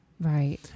Right